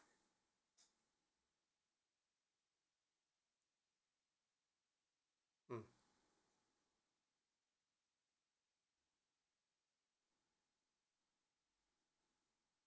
mm